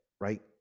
right